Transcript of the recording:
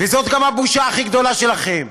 וזאת גם הבושה הכי גדולה שלכם,